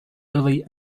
early